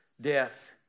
death